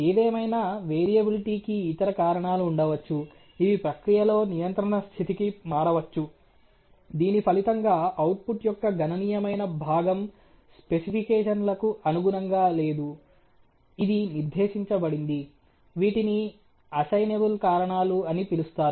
ఏదేమైనా వేరియబిలిటీ కి ఇతర కారణాలు ఉండవచ్చు ఇవి ప్రక్రియలో నియంత్రణ స్థితికి మారవచ్చు దీని ఫలితంగా అవుట్పుట్ యొక్క గణనీయమైన భాగం స్పెసిఫికేషన్లకు అనుగుణంగా లేదు ఇది నిర్దేశించబడింది వీటిని అసైనబుల్ కారణాలు అని పిలుస్తారు